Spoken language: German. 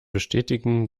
bestätigen